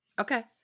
Okay